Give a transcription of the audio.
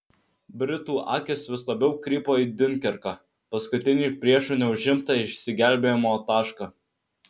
britų akys vis labiau krypo į diunkerką paskutinį priešų neužimtą išsigelbėjimo tašką